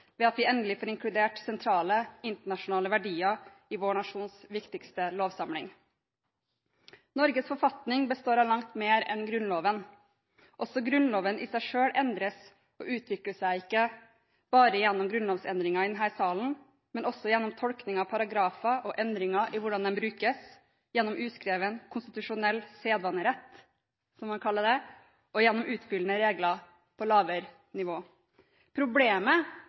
ved at vi endelig får inkludert sentrale, internasjonale verdier i vår nasjons viktigste lovsamling. Norges forfatning består av langt mer enn Grunnloven. Også Grunnloven i seg selv endres og utvikles ikke bare gjennom grunnlovsendringer i denne salen, men også gjennom tolkning av paragrafer og endringer i hvordan de brukes, gjennom uskrevet, konstitusjonell sedvanerett, som man kaller det, og gjennom utfyllende regler på lavere nivå. Problemet